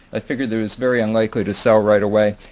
i figured it was very unlikely to sell right away.